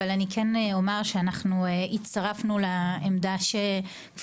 אבל אני כן אומר שאנחנו הצטרפנו לעמדה כפי